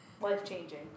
Life-changing